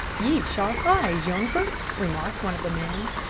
ye've sharp eyes, younker, remarked one of the men,